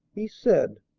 he said,